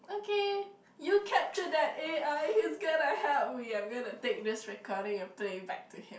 okay you capture that a_i he's gonna help me I'm gonna take this recording and playback to him